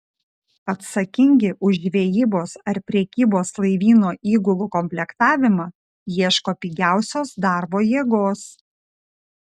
atsakingi už žvejybos ar prekybos laivyno įgulų komplektavimą ieško pigiausios darbo jėgos